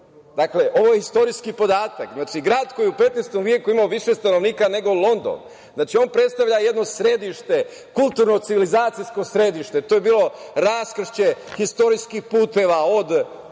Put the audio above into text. Dakle, ovo je istorijski podatak. Znači, grad koji je u XV veku imao više stanovnika nego London i on predstavlja jedno središte, kulturno civilizacijsko središte. To je bilo raskršće istorijskih puteva, od